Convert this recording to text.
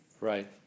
Right